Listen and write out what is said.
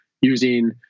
using